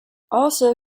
also